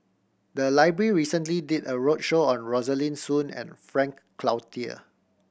the library recently did a roadshow on Rosaline Soon and Frank Cloutier